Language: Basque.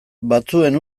batzuen